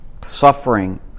suffering